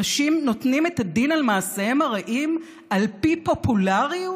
אנשים נותנים את הדין על מעשיהם הרעים על פי פופולריות?